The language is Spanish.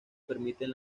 permiten